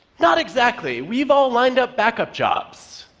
not exactly. we've all lined up backup jobs.